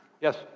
Yes